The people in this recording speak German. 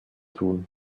tun